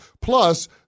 Plus